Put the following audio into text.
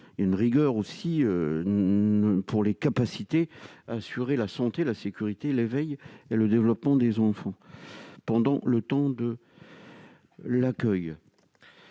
attestant de leurs capacités à assurer la santé, la sécurité, l'éveil et le développement des enfants pendant le temps d'accueil.